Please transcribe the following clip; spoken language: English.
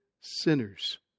sinners